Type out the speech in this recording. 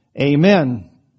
amen